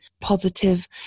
positive